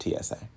TSA